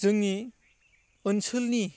जोंनि ओनसोलनि